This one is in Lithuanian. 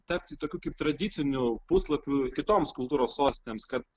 tapti tokiu kaip tradiciniu puslapiu kitoms kultūros sostinėms kad